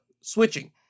switching